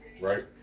right